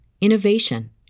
innovation